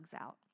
out